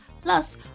Plus